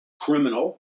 criminal